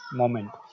moment